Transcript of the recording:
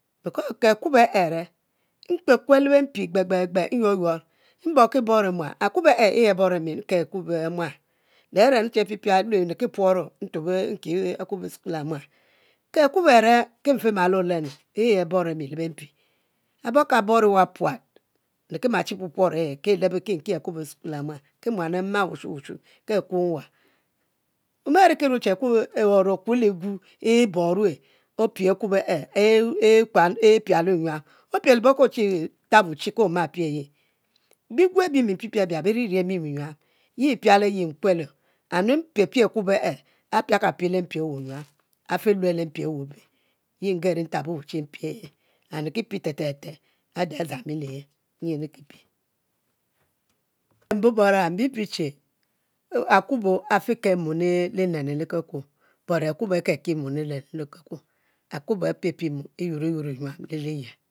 Ke akubo e’ are ki nkuel kuel le mpi gbe gbe gbe nyour yur mboriki boro muan, akubo e yi abore nri nke okubo e myal le e lue miki puro nki akubo mual ke akubo are ki mfe malo olenu yi abore mi lw bempi abor ka bour wa puat, nri ki ma chi pupuro e'ma chi ki le muan esukuel e muan ami ki muan ama wushu wushu ke akuo mwan, mom ari ke rue che akubi e chi okua egu ekuan e pialue nyuam opielibom ke oma chi pie yi bigu abi mi mpipie abia, biririe mu binyuam, ye piale ayi nkueli egu, and mi mpiepie akubo e, apiakapie le mpi awe nyuam afi luo le mpu awu be, yinperi mpiayi mri ki pie te te te ade adzang mi liyel are mbubora mbibi che akubo afika mom linenu lekekuo, but akubo akie ki mom lenenu le kekuo akubo apie pie e yur e'yur nyuam le kekuo